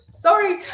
Sorry